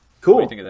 Cool